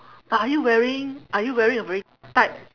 but are you wearing are you wearing a very tight